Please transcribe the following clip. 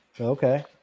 Okay